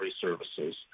services